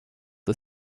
are